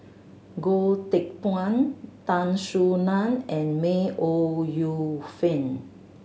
Goh Teck Phuan Tan Soo Nan and May Ooi Yu Fen